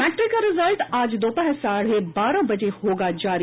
matric का result आज दोपहर साढ़े बारह बजे होगा जारी